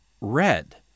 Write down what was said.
red